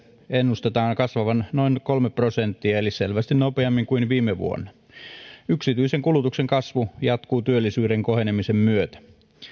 ennustetaan kasvavan noin kolme prosenttia eli selvästi nopeammin kuin viime vuonna yksityisen kulutuksen kasvu jatkuu työllisyyden kohenemisen myötä